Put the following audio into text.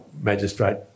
magistrate